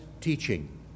teaching